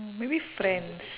maybe friends